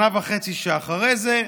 שנה וחצי שאחרי זה,